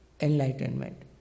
enlightenment